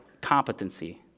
competency